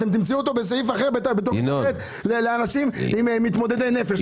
אתם תמצאו אותו בסעיף אחר, עם אנשים מתמודדי נפש.